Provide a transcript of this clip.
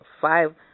five